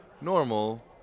Normal